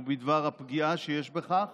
ובדבר הפגיעה שיש בכך